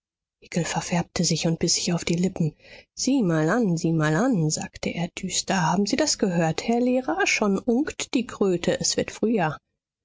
verfärbte sich und biß sich auf die lippen sieh mal an sieh mal an sagte er düster haben sie das gehört herr lehrer schon unkt die kröte es wird frühjahr